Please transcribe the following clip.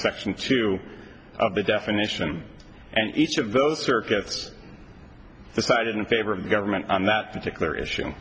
section two of the definition and each of those circuits decided in favor of the government on that particular issue